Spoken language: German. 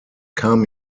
kam